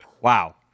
Wow